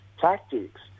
tactics